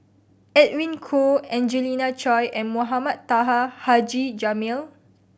Edwin Koo Angelina Choy and Mohamed Taha Haji Jamil